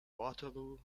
waterloo